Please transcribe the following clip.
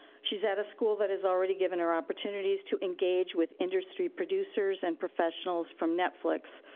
she's at a school that is already given her opportunities to engage with industry producers, and professionals from netflix,